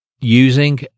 using